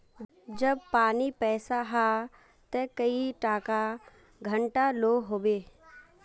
जब पानी पैसा हाँ ते कई टका घंटा लो होबे?